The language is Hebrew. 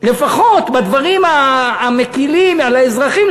לפחות בדברים המקלים על האזרחים,